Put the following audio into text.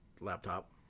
laptop